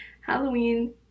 Halloween